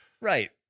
Right